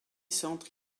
centres